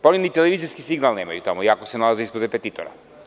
Pa, oni ni televizijski signal nemaju tamo, iako se nalaze ispod repetitora.